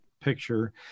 picture